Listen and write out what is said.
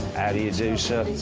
do you do sir?